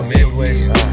Midwest